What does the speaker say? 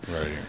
Right